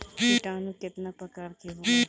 किटानु केतना प्रकार के होला?